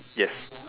yes